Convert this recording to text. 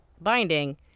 binding